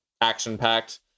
action-packed